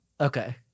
Okay